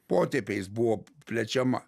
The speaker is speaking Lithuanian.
potėpiais buvo plečiama